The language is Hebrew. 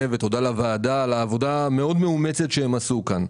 ותודה לוועדה על העבודה המאומצת מאוד שהם עשו כאן.